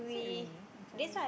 is it raining macam rain